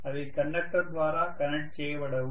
అవి కండక్టర్ ద్వారా కనెక్ట్ చేయబడవు